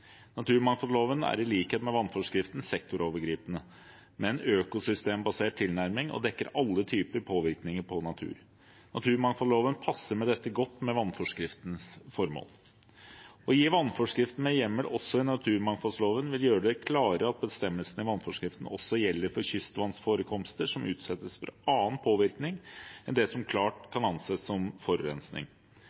Naturmangfoldloven er i likhet med vannforskriften sektorovergripende, med en økosystembasert tilnærming, og dekker alle typer påvirkninger på natur. Naturmangfoldloven passer med dette godt med vannforskriftens formål. Å gi vannforskriften med hjemmel også i naturmangfoldloven vil gjøre det klarere at bestemmelsene i vannforskriften også gjelder for kystvannforekomster som utsettes for annen påvirkning enn det som klart kan anses som forurensning.